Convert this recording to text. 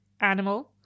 animal